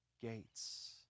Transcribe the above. gates